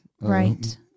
Right